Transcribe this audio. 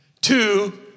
two